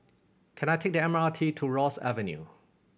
can I take the M R T to Ross Avenue